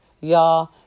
Y'all